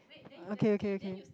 okay okay okay